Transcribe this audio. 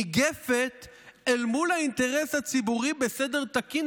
ניגפת אל מול האינטרס הציבורי לסדר תקין,